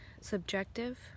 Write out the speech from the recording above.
subjective